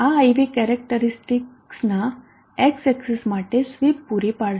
આ I V characteristics ના x axis માટે સ્વીપ પૂરી પાડશે